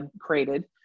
created